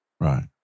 Right